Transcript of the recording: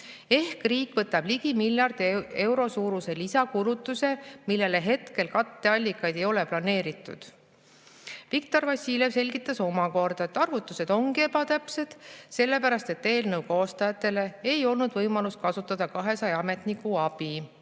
Ehk riik võtab ligi miljardi euro suuruse lisakulutuse, millele hetkel katteallikaid ei ole planeeritud. Viktor Vassiljev selgitas, et arvutused ongi ebatäpsed, sellepärast et eelnõu koostajatel ei olnud võimalust kasutada 200 ametniku abi.